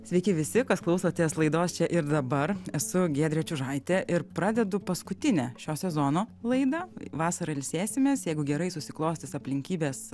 sveiki visi kas klausotės laidos čia ir dabar esu giedrė čiužaitė ir pradedu paskutinę šio sezono laidą vasarą ilsėsimės jeigu gerai susiklostys aplinkybės